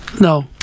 No